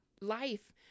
life